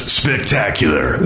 spectacular